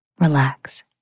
relax